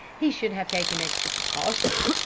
he should have taken extra precautions.